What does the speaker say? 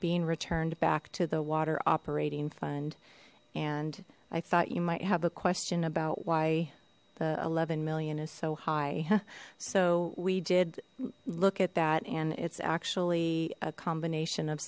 being returned back to the water operating fund and i thought you might have a question about why the eleven million is so high so we did look at that and it's actually a combination of